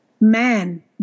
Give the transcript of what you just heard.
man